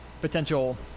potential